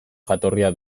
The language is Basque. jatorria